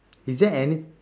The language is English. is there any~